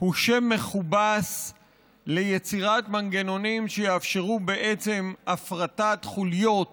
הוא שם מכובס ליצירת מנגנונים שיאפשרו הפרטת חוליות